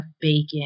bacon